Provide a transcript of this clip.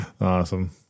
Awesome